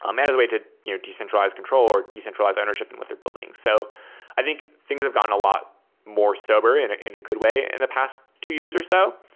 um and is a way to decentralize control or decentralize ownership in what they're building. so i think things have gotten a lot more sober in in a good way in the past two years or so,